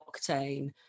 octane